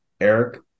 Eric